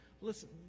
listen